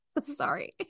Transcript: sorry